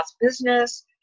business